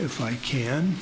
if i can